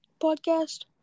podcast